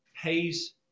pays